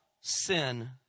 sin